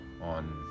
on